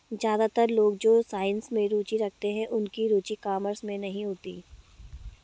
ज्यादातर लोग जो साइंस में रुचि रखते हैं उनकी रुचि कॉमर्स में नहीं होती